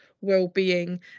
well-being